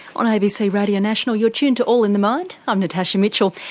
on abc radio national you're tuned to all in the mind, i'm natasha mitchell,